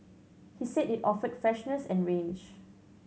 he said it offered freshness and range